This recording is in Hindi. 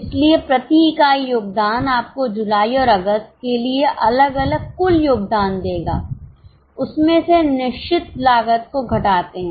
इसलिए प्रति इकाई योगदान आपको जुलाई और अगस्त के लिए अलग अलग कुल योगदान देगा उसमें से निश्चित लागत को घटाते हैं